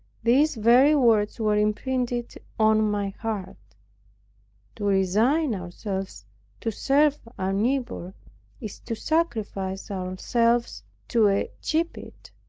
these very words were imprinted on my heart to resign ourselves to serve our neighbor is to sacrifice ourselves to a gibbet.